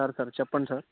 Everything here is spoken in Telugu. సార్ సార్ చెప్పండి సార్